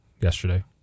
yesterday